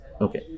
Okay